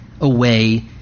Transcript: away